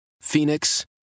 phoenix